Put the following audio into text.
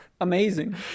amazing